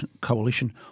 coalition